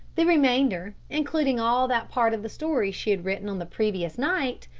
the remainder, including all that part of the story she had written on the previous night,